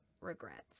regrets